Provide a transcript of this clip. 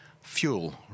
Fuel